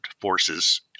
forces